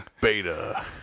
Beta